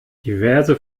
diverse